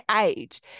age